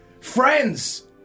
Friends